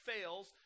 fails